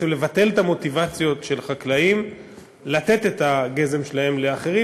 לבטל את המוטיבציות של חקלאים לתת את הגזם שלהם לאחרים,